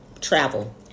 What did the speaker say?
Travel